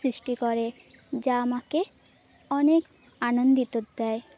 সৃষ্টি করে যা আমাকে অনেক আনন্দিত দেয়